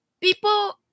people